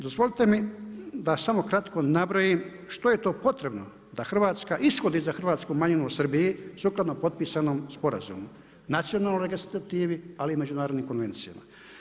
Dozvolite mi da samo kratko nabrojim što je to potrebno da Hrvatska ishodi za hrvatsku manjinu u Srbiji sukladno potpisanom sporazumu, nacionalnoj legislativi ali i međunarodnim konvencijama.